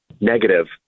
negative